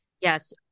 Yes